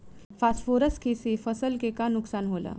Phosphorus के से फसल के का नुकसान होला?